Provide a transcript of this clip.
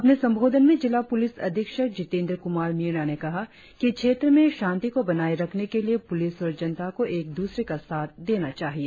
अपने संबोधन में जिला पुलिस अधीक्षक जितेन्द्र कुमार मीना ने कहा कि क्षेत्र में शांति को बनाए रखने के लिए पुलिस और जनता को एक दूसरे का साथ देना चाहिए